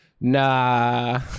nah